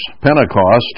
Pentecost